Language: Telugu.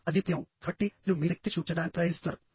ఆధిపత్యం కాబట్టి మీరు మీ శక్తిని చూపించడానికి ప్రయత్నిస్తున్నారు